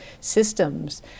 systems